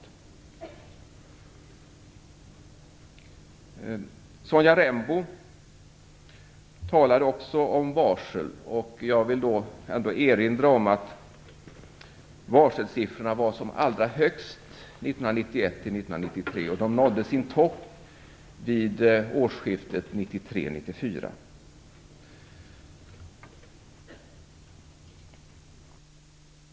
Sonja Rembo talade också om varsel. Jag vill erinra om att varselsiffrorna var som allra högst 1991-93. De nådde sin topp vid årsskiftet 1993-94.